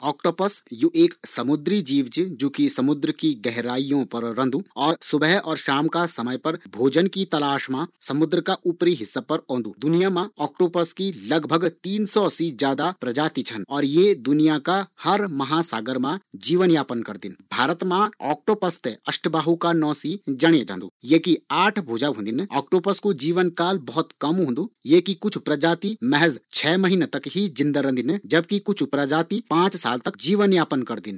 ऑकटोपस यु एक समुद्री जीव च, जु कि समुद्र की गहराईयो मा रंन्दु और सुबह शाम का समय पर भोजन की तलाश मा समुद्र का ऊपरी हिस्सा पर ओंदु। दुनिया मा औक्टोपस की लगभग तीन सौ सी ज्यादा प्रजाति छन। और ये दुनिया का हर महासागर मा जीवन यापन करदिन भारत मा औक्टोपस ते अष्टबाहु का नौ सी जाणे जांदू।